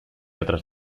otras